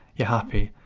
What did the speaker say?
you're happy.